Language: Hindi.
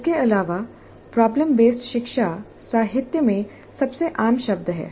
इसके अलावा प्रॉब्लम बेसड शिक्षा साहित्य में सबसे आम शब्द है